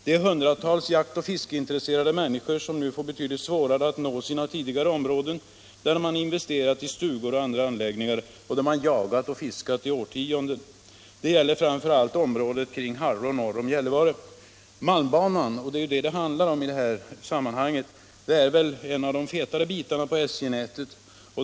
Det är hundratals jaktoch fiskeintresserade människor som nu får betydligt svårare att nå sina tidigare områden, där de investerat i stugor och andra anläggningar, jagat och fiskat i årtionden. Det gäller framför allt i området kring Harrå norr om Gällivare. Malmbanan — det är den det handlar om i detta sammanhang — är väl en av de fetare bitarna i SJ-nätet.